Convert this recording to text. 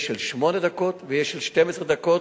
יש של שמונה דקות ויש של 12 דקות